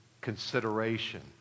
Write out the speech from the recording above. consideration